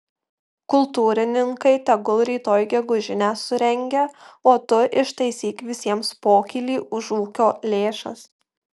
kultūrininkai tegul rytoj gegužinę surengia o tu ištaisyk visiems pokylį už ūkio lėšas